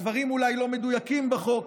הדברים אולי לא מדויקים בחוק,